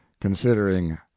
considering